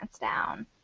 down